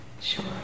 sure